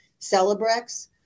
Celebrex